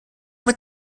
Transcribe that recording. mit